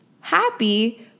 happy